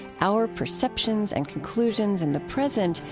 our perceptions and conclusions in the present,